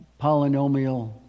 polynomial